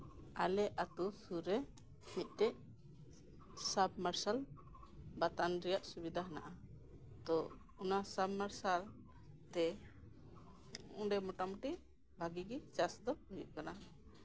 ᱟᱞᱮ ᱟᱛᱳ ᱥᱩᱨ ᱨᱮ ᱢᱤᱫᱴᱮᱡ ᱥᱟᱵᱢᱟᱨᱥᱟᱞ ᱵᱟᱛᱟᱱ ᱨᱮᱭᱟᱜ ᱥᱩᱵᱤᱛᱟ ᱢᱮᱱᱟᱜᱼᱟ ᱛᱚ ᱚᱱᱟ ᱥᱟᱵ ᱢᱟᱨᱥᱟᱞ ᱛᱮ ᱚᱸᱰᱮ ᱢᱚᱴᱟᱢᱚᱴᱤ ᱵᱷᱟᱜᱮᱜᱮ ᱪᱟᱥᱫᱚ ᱦᱩᱭᱩᱜ ᱠᱟᱱᱟ